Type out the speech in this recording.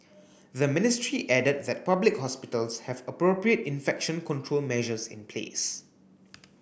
the ministry added that public hospitals have appropriate infection control measures in place